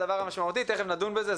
הדבר המשמעותי תכף נדון בזה,